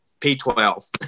P12